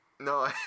No